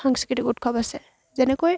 সাংস্কৃতিক উৎসৱ আছে যেনেকৈ